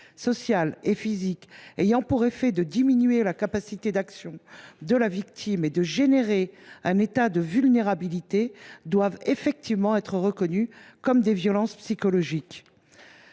sociale et physique ayant pour effet de diminuer la capacité d’action de la victime et de provoquer un état de vulnérabilité doivent effectivement être reconnues comme des violences psychologiques.